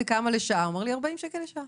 אמרו לו: 40 שקל לשעה.